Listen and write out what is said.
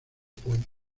puente